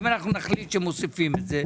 אם אנחנו נחליט שמוסיפים את זה,